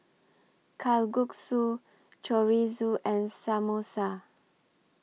Kalguksu Chorizo and Samosa